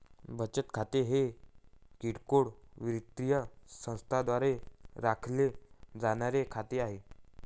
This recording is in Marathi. बचत खाते हे किरकोळ वित्तीय संस्थांद्वारे राखले जाणारे खाते आहे